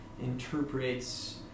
interprets